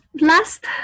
last